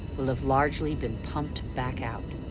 will have largely been pumped back out.